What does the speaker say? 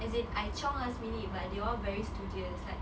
as in I chiong last minute but they all very studious like